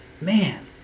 Man